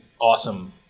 awesome